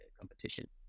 competition